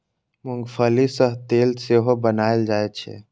मूंंगफली सं तेल सेहो बनाएल जाइ छै